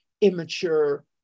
immature